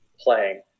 playing